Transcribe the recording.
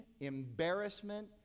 embarrassment